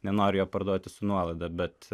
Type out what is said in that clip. nenori jo parduoti su nuolaida bet